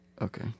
Okay